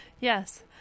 Yes